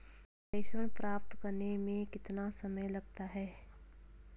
प्रेषण प्राप्त करने में कितना समय लगता है?